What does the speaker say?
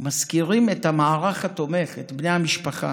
מזכירים את המערך התומך, את בני המשפחה.